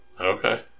Okay